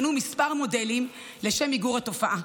נבחנו כמה מודלים לשם מיגור התופעה.